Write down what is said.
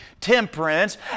temperance